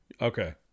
Okay